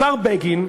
השר בגין,